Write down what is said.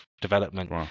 development